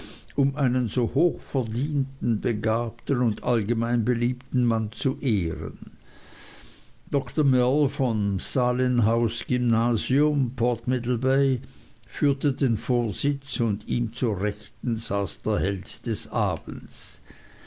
um einen so hochverdienten begabten und allgemein beliebten mann zu ehren dr mell vom salemhaus gymnasium port middlebay führte den vorsitz und ihm zur rechten saß der held des abends